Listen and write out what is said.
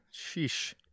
Sheesh